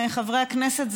חברי הכנסת,